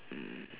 mm